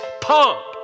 pump